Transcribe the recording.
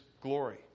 glory